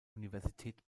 universität